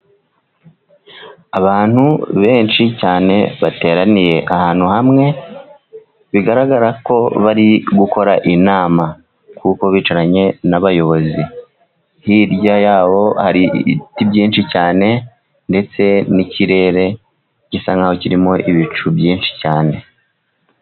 Abantu benshi cyane bateraniye ahantu hamwe bigaragara ko bari gukora inama, kuko bicaranye n'abayobozi hirya yabo hariti byinshi cyane, ndetse n'ikirere gisa nkaho kirimo ibicu byinshi cyane.